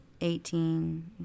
Eighteen